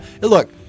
Look